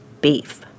beef